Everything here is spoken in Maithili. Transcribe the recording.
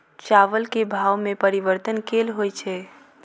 चावल केँ भाव मे परिवर्तन केल होइ छै?